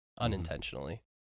unintentionally